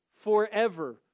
forever